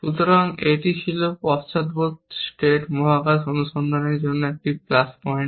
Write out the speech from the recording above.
সুতরাং এটি ছিল পশ্চাদপদ স্টেট মহাকাশ অনুসন্ধানের জন্য একটি প্লাস পয়েন্ট